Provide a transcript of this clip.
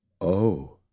Oh